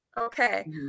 Okay